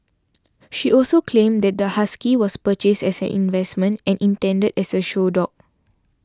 she also claimed that the husky was purchased as an investment and intended as a show dog